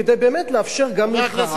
כדי באמת לאפשר גם לך,